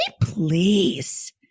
please